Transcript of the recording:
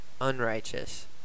unrighteous